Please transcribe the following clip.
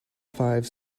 five